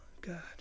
God